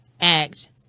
act